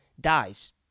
dies